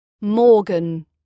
Morgan